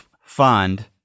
fund